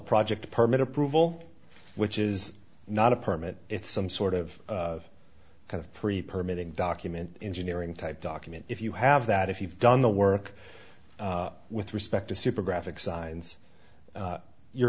project permit approval which is not a permit it's some sort of kind of pre permit in document engineering type document if you have that if you've done the work with respect to super graphic signs you're